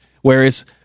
whereas